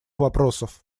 вопросов